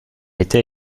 était